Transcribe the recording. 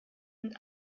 und